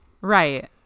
Right